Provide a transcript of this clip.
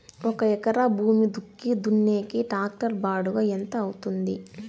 ఒక ఎకరా భూమి దుక్కి దున్నేకి టాక్టర్ బాడుగ ఎంత అవుతుంది?